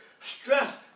Stress